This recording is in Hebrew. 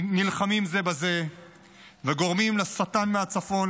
נלחמים זה בזה וגורמים לשטן מהצפון,